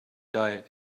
diet